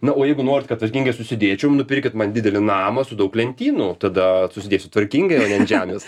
na o jeigu norit kad tvarkingai susidėčiau nupirkit man didelį namą su daug lentynų tada susidėsiu tvarkingai o ne ant žemės